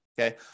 okay